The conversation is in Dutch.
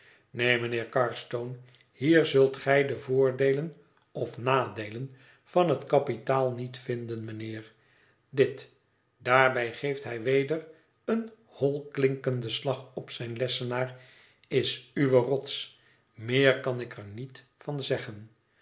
neen mijnheer carstone hier zult gij de voordeelen of nadeelen van het kapitaal niet vinden mijnheer dit daarbij geeft hij weder een holklinkenden slag op zijn lessenaar is uwe rots meer kan ik er niet van zeggen